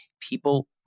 people